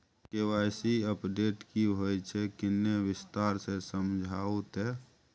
KYC update की होय छै किन्ने विस्तार से समझाऊ ते?